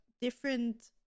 different